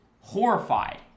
horrified